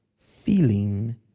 feeling